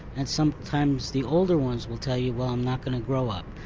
and sometimes the older ones will tell you, well i'm not going to grow up.